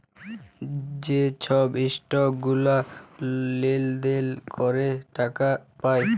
যে ছব ইসটক গুলা লেলদেল ক্যরে টাকা পায়